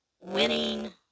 winning